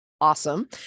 awesome